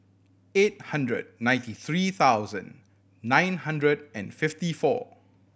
eight hundred ninety three thousand nine hundred and fifty four